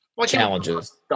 Challenges